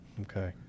okay